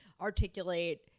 articulate